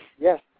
Yes